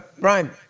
Brian